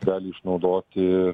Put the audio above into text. gali išnaudoti